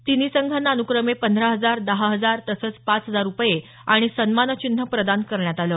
तिन्ही संघांना अनुक्रमे पंधरा हजार दहा हजार तसंच पाच हजार रुपये आणि सन्मानचिन्ह प्रदान करण्यात आलं